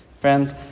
Friends